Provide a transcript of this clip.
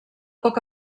poc